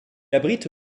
abrite